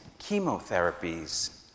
chemotherapies